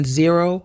zero